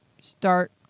start